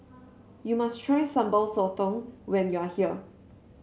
you must try Sambal Sotong when you are here